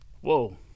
Whoa